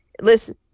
Listen